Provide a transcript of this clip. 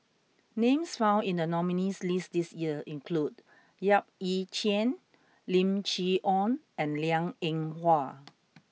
names found in the nominees' list this year include Yap Ee Chian Lim Chee Onn and Liang Eng Hwa